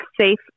safe